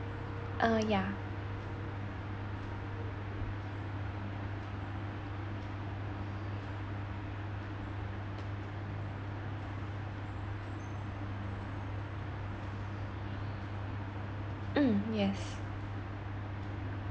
uh yeah mm yes